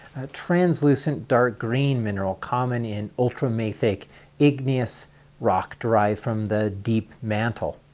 translucent dark green mineral common in ultramafic igneous rock derived from the deep mantle.